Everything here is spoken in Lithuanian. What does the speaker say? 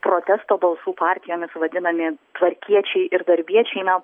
protesto balsų partijomis vadinami tvarkiečiai ir darbiečiai na